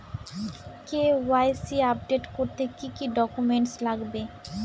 KYC update করতে কি কি ডকুমেন্টস লাগবে?